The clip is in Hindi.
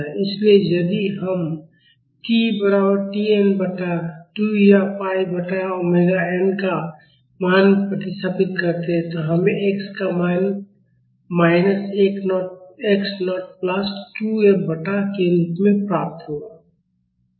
इसलिए यदि हम t बराबर T n बटा 2 या pi बटा ओमेगा n का मान प्रतिस्थापित करते हैं तो हमें x का मान minus x naught plus 2 F बटा k के रूप में प्राप्त होगा